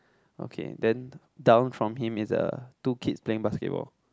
okay then down from him is uh two kids playing basketball